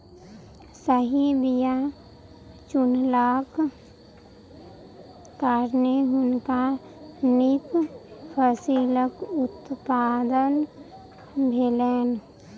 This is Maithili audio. सही बीया चुनलाक कारणेँ हुनका नीक फसिलक उत्पादन भेलैन